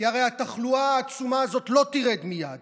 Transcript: כי הרי התחלואה העצומה הזאת לא תרד מייד,